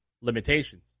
limitations